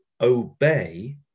obey